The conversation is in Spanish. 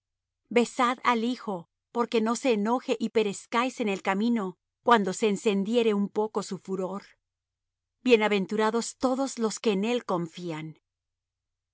besad al hijo porque no se enoje y perezcáis en el camino cuando se encendiere un poco su furor bienaventurados todos los que en él confían